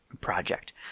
project